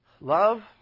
love